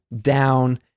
down